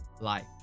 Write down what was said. life